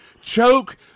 choke